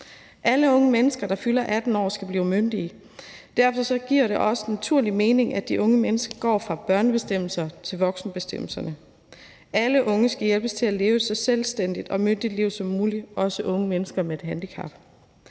Alle unge mennesker, der fylder 18 år, skal blive myndige, og derfor giver det også en naturlig mening, at de unge mennesker går fra børnebestemmelserne til voksenbestemmelserne. Alle unge skal hjælpes til at leve så selvstændigt og myndigt et liv som muligt, også unge mennesker med et handicap.